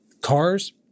Cars